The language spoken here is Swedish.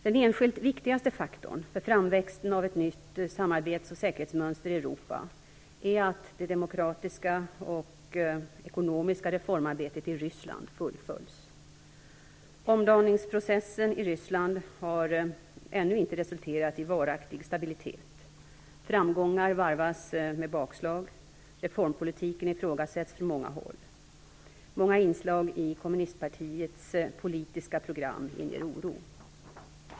Den enskilt viktigaste faktorn för framväxten av ett nytt samarbets och säkerhetsmönster i Europa är att det demokratiska och ekonomiska reformarbetet i Ryssland fullföljs. Omdaningsprocessen i Ryssland har ännu inte resulterat i varaktig stabilitet. Framgångar varvas med bakslag. Reformpolitiken ifrågasätts från många håll. Många inslag i kommunistpartiets politiska program inger oro.